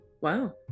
wow